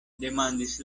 demandis